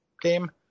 game